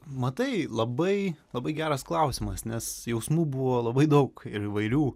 matai labai labai geras klausimas nes jausmų buvo labai daug ir įvairių